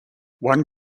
one